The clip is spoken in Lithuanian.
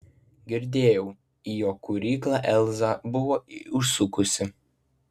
girdėjau į jo kūryklą elza buvo užsukusi